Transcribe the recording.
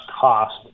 cost